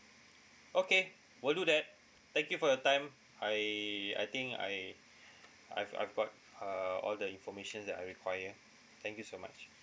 okay will do that thank you for your time I I think I I've I've got uh all the information that I require thank you so much